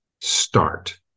start